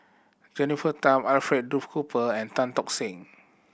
Jennifer Tham Alfred Duff Cooper and Tan Tock Seng